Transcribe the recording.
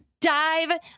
dive